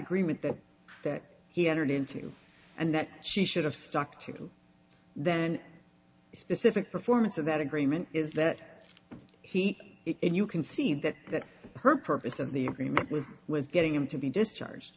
agreement that that he entered into and that she should have stuck to then specific performance of that agreement is that he and you can see that that her purpose in the agreement was was getting him to be discharge